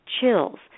chills